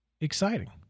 exciting